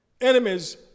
enemies